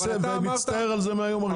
והוא מצטער על זה מהיום הראשון.